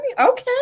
okay